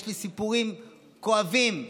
יש לי סיפורים כואבים.